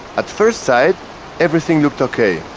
at first sight everything looked okay.